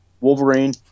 Wolverine